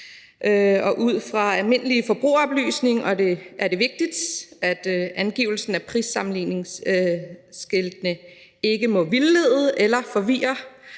Ud fra almindelig forbrugeroplysning er det vigtigt, at angivelsen af prissammenligningsskiltene ikke må vildlede eller forvirre,